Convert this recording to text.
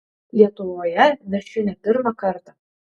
lietuvoje viešiu ne pirmą kartą